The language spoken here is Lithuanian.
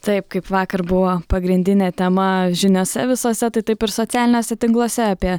taip kaip vakar buvo pagrindinė tema žiniose visose tai taip ir socialiniuose tinkluose apie